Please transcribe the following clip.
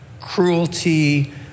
cruelty